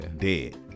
dead